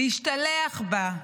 להשתלח בה.